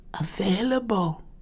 Available